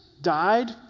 died